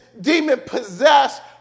demon-possessed